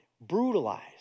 brutalized